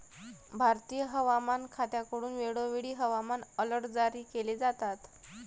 भारतीय हवामान खात्याकडून वेळोवेळी हवामान अलर्ट जारी केले जातात